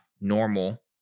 normal